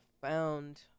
found